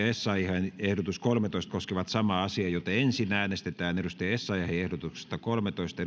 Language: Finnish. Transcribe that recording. essayahin ehdotus kolmetoista koskevat samaa määrärahaa ensin äänestetään ehdotuksesta kolmetoista